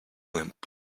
limp